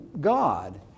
God